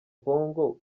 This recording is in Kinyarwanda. congo